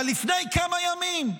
אבל לפני כמה ימים,